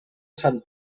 sant